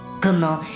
Comment